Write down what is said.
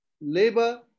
Labor